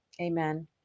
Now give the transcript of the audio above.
Amen